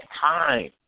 time